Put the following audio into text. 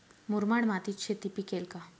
मुरमाड मातीत शेती पिकेल का?